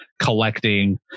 collecting